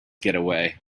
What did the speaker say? getaway